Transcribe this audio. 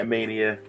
Mania